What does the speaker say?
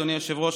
אדוני היושב-ראש,